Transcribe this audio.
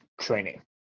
training